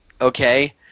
Okay